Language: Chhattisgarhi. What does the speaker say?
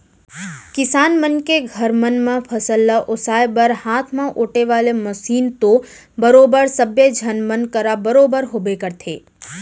किसान मन के घर मन म फसल ल ओसाय बर हाथ म ओेटे वाले मसीन तो बरोबर सब्बे झन मन करा बरोबर होबे करथे